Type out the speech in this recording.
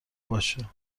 باشه